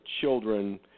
children